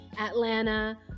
Atlanta